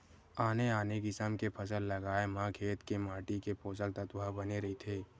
आने आने किसम के फसल लगाए म खेत के माटी के पोसक तत्व ह बने रहिथे